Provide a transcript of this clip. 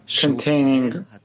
containing